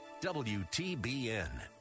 WTBN